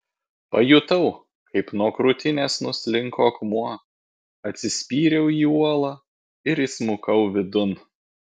pajutau kaip nuo krūtinės nuslinko akmuo atsispyriau į uolą ir įsmukau vidun